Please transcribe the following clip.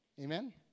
Amen